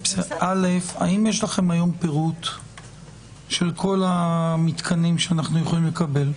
האם יש לכם היום פירוט של כל המתקנים שאנחנו יכולים לקבל?